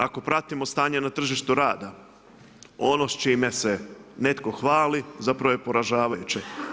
Ako pratimo stanje na tržištu rada ono s čime se netko hvali zapravo je poražavajuće.